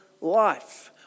life